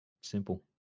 Simple